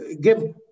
give